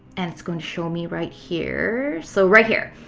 and it's going to show me right here. so right here.